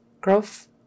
growth